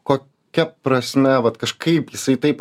kokia prasme vat kažkaip jisai taip